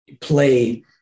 play